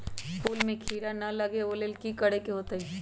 फूल में किरा ना लगे ओ लेल कि करे के होतई?